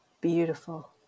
beautiful